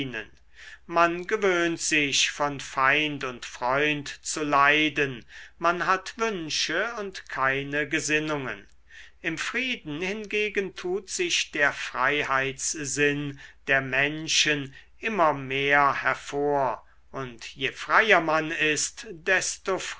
man gewöhnt sich von feind und freund zu leiden man hat wünsche und keine gesinnungen im frieden hingegen tut sich der freiheitssinn der menschen immer mehr hervor und je freier man ist desto